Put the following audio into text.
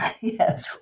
Yes